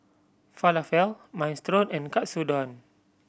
Falafel Minestrone and Katsudon